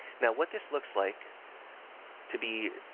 now what this looks like to be